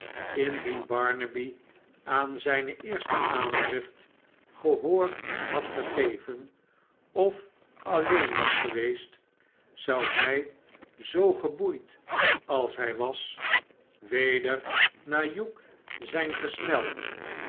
indien barnaby aan zijne eerste aandrift gehoor had gegeven of gleen was geweest zou hij zoo geboeid als hij was weder naar hugh zijn gesneld